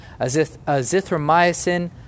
azithromycin